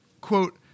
quote